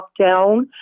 lockdown